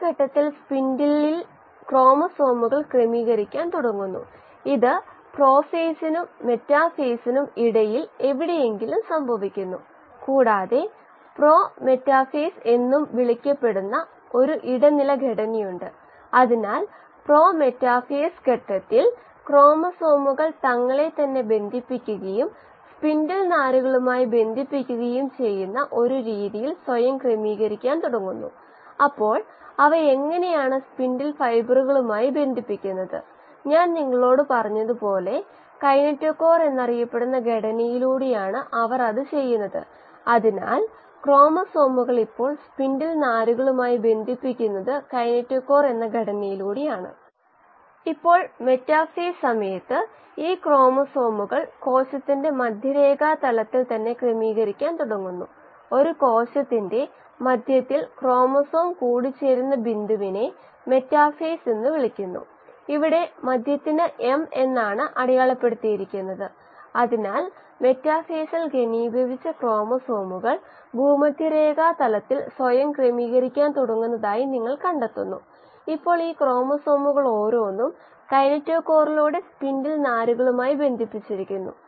inlet substrate concentration വളർച്ചയ്ക്കായുള്ള Monod kinetic നൽകിയിരിക്കുന്നു ഇപ്പോൾനമ്മൾക്ക് ആവശ്യമുള്ളതിനെ എങ്ങനെ ബന്ധിപ്പിക്കാം